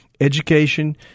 education